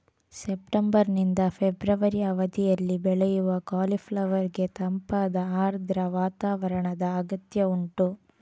September ನಿಂದ February ಅವಧಿನಲ್ಲಿ ಬೆಳೆಯುವ ಕಾಲಿಫ್ಲವರ್ ಗೆ ತಂಪಾದ ಆರ್ದ್ರ ವಾತಾವರಣದ ಅಗತ್ಯ ಉಂಟು